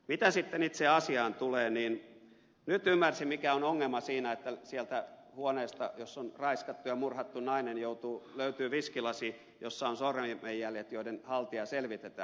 mitä sitten itse asiaan tulee niin nyt ymmärsin mikä on ongelma siinä että sieltä huoneesta jossa on raiskattu ja murhattu nainen löytyy viskilasi jossa on sormenjäljet joiden haltijaa selvitetään